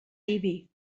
ibi